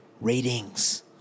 ratings